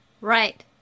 Right